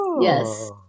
yes